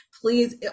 please